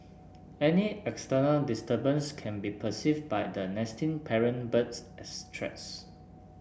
any external disturbance can be perceived by the nesting parent birds as threats